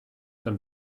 them